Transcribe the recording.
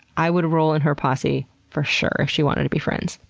i would roll in her posse for sure if she wanted to be friends.